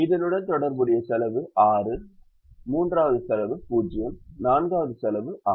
இதனுடன் தொடர்புடைய செலவு ஆறு மூன்றாவது செலவு 0 நான்காவது செலவு ஆறு